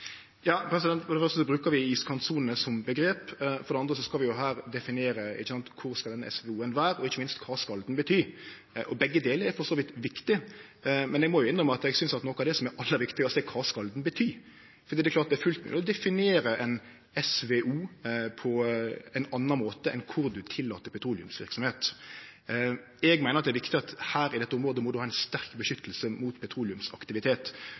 det første brukar vi «iskantsone» som omgrep. For det andre skal vi her definere kor den SVO-en skal vere, og ikkje minst kva han skal bety. Begge delar er for så vidt viktige, men eg må jo innrømme at eg synest at noko av det som er aller viktigast, er kva han skal bety. For det er klart at det er fullt mogleg å definere ein SVO på ein annan måte enn kor ein tillèt petroleumsverksemd. Eg meiner at det er viktig at i dette området må ein ha eit sterkt vern mot petroleumsaktivitet.